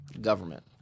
Government